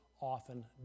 often